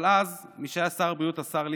אבל אז מי שהיה שר הבריאות, השר ליצמן,